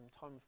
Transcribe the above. time